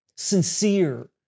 Sincere